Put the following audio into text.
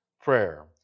prayer